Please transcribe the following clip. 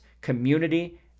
community